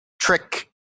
trick